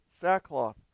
sackcloth